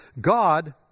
God